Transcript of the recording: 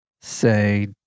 say